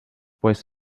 pues